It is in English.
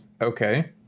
Okay